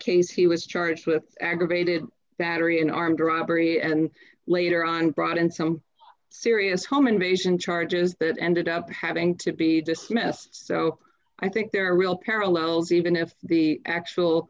case he was charged with aggravated battery in armed robbery and later on brought in some serious home invasion charges that ended up having to be dismissed so i think there are real parallels even if the actual